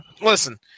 listen